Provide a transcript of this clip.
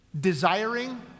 Desiring